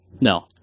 No